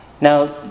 Now